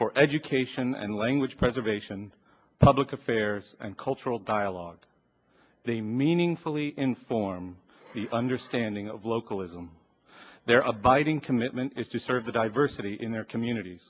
for education and language preservation public affairs and cultural dialogue they meaningfully inform the understanding of localism their abiding commitment is to serve the diversity in their communit